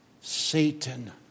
Satan